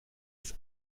des